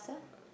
uh